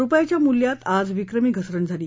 रुपयाच्या मूल्यात आज विक्रमी घसरण झाली